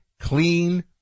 clean